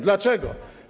Dlaczego?